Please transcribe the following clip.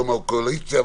לא מהקואליציה,